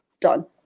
done